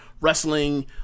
wrestling